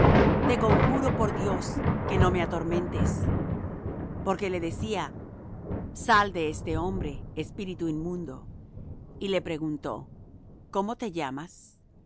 te conjuro por dios que no me atormentes porque le decía sal de este hombre espíritu inmundo y le preguntó cómo te llamas